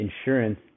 insurance